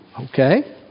Okay